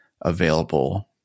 available